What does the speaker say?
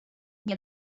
nie